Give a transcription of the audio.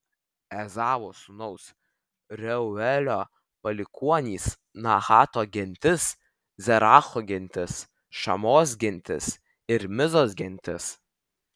ezavo sūnaus reuelio palikuonys nahato gentis zeracho gentis šamos gentis ir mizos gentis